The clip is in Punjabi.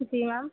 ਜੀ ਮੈਮ